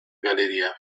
galleria